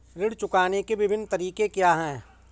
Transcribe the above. ऋण चुकाने के विभिन्न तरीके क्या हैं?